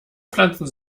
pflanzen